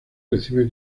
recibe